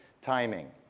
timing